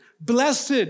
blessed